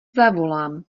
zavolám